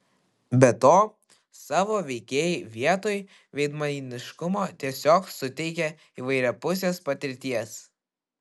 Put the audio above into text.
be to savo veikėjai vietoj veidmainiškumo tiesiog suteikia įvairiapusės patirties